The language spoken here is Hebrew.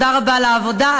תודה רבה על העבודה,